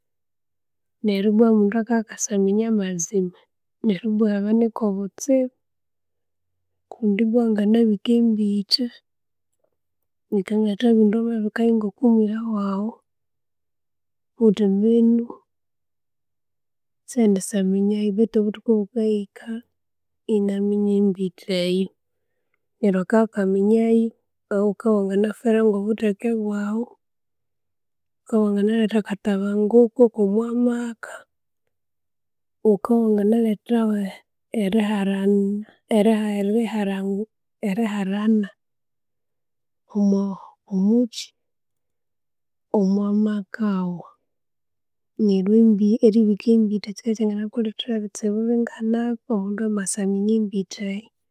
Neryu ibwa omundu akabya akasaminya amazima, neryu ibwa ihabanika obutsibu kundi ibwa wanganabika embitha leka ngathabugha indi wamabika yuu ngwo'okwa mwira waghu ghuthi mbinu sendisa minya yuu beithu obuthuku bukaya hika inaminya embitha eyu. Neryu akabya akaminya yuu ahuu ghukabya iwanganaferwa ngo'obutheke bwaghu, iwanganaletha akatabangukho kwo'mwomaka, ghukabya iwangaletha hu eriharan erihara eriharangu eriharana omwo omuchi? Omwamaka aghu. Neryu embit eribika embitha kikabya echangakulhethera ebitsibu binganabi omundu amasaminya embitha eyo.